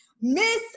Miss